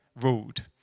ruled